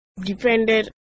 depended